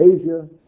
Asia